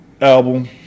album